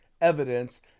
evidence